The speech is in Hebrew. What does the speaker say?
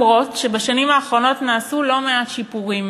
בשנים האחרונות נעשו לא מעט שיפורים: